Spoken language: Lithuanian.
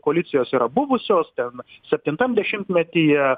koalicijos yra buvusios ten septintam dešimtmetyje